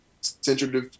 central